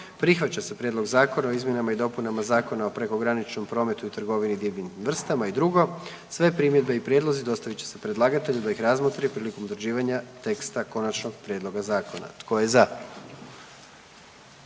Prihvaća se Prijedlog Zakona o izmjenama i dopunama Zakona o prekograničnom prometu i trgovini divljim vrstama i 2. Sve primjedbe i prijedlozi dostavit će se predlagatelju da ih razmotri prilikom utvrđivanja teksta konačnog prijedloga zakona. Tko je za?